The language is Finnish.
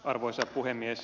arvoisa puhemies